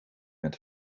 met